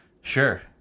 sure